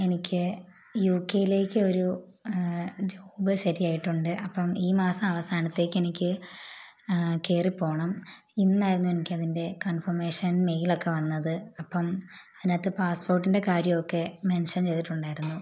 എനിക്ക് യു കെയിലേക്കൊരു ജോബ് ശരിയായിട്ടുണ്ട് അപ്പം ഈ മാസം അവസാനത്തേക്കെനിക്ക് കയറിപ്പോവണം ഇന്നായിരുന്നു എനിക്കതിൻ്റെ കൺഫൊമേഷൻ മെയിലൊക്കെ വന്നത് അപ്പം അതിനകത്ത് പാസ്പ്പോട്ടിൻ്റെ കാര്യമൊക്കെ മെൻഷൻ ചെയ്തിട്ടുണ്ടായിരുന്നു